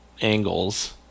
angles